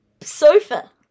sofa